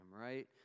right